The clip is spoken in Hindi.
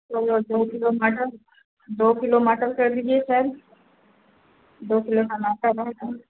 तो दो किलो मटर दो किलो मटर कर दीजिए सर दो किलो टमाटर रहेगा